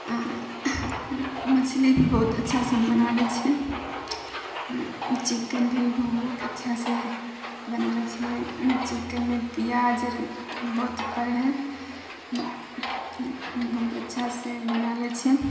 मछली भी बहुत अच्छासे हम बना लै छी चिकेन भी बहुत अच्छासे बना लै छिए चिकेनमे पिआज आर बहुत पड़ै हइ बहुत अच्छासे बना लै छिए